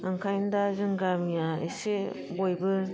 ओंखायनो दा जोंनि गामिया एसे बयबो